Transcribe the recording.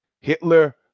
Hitler